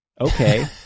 Okay